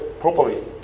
properly